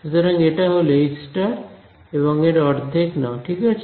সুতরাং এটা হল H এবং এর অর্ধেক নাও ঠিক আছে